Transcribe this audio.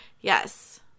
Yes